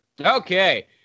Okay